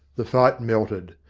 the fight melted.